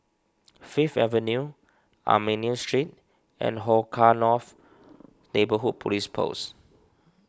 Fifth Avenue Armenian Street and Hong Kah North Neighbourhood Police Post